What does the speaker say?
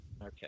okay